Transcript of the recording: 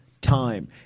time